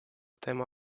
tema